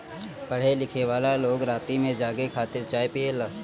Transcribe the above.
पढ़े लिखेवाला लोग राती में जागे खातिर चाय पियेला